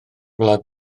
wlad